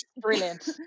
brilliant